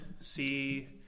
see